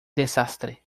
desastre